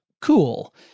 cool